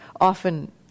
often